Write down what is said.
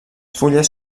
fulles